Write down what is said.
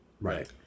right